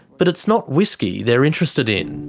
but it's not whisky they're interested in.